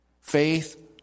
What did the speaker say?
Faith